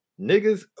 niggas